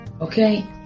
okay